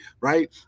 right